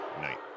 night